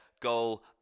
goal